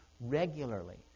regularly